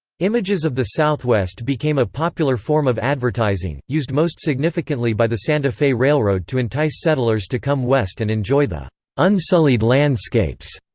images of the southwest became a popular form of advertising, used most significantly by the santa fe railroad to entice settlers to come west and enjoy the unsullied landscapes.